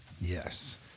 Yes